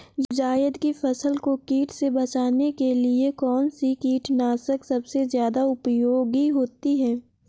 जायद की फसल को कीट से बचाने के लिए कौन से कीटनाशक सबसे ज्यादा उपयोगी होती है?